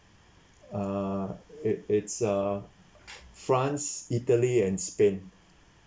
uh it is uh france italy and spain